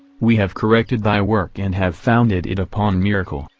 we have corrected thy work and have founded it upon miracle,